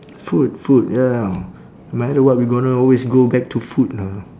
food food ya no matter what we gonna always go back to food know